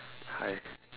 I